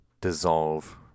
dissolve